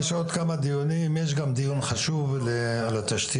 יש עוד כמה דיונים, יש גם דיון חשוב על התשתיות.